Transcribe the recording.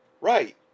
Right